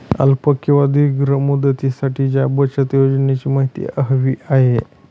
अल्प किंवा दीर्घ मुदतीसाठीच्या बचत योजनेची माहिती हवी आहे